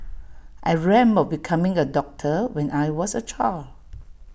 I of becoming A doctor when I was A child